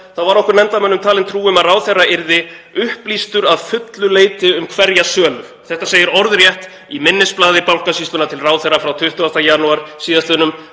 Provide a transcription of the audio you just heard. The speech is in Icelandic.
var okkur nefndarmönnum talin trú um að ráðherra yrði „upplýstur að fullu leyti um hverja sölu …“. Það segir orðrétt í minnisblaði Bankasýslunnar til ráðherra frá 20. janúar sl.